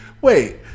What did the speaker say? Wait